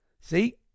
see